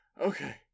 Okay